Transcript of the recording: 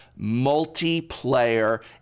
multiplayer